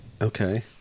Okay